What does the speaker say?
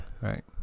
right